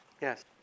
Yes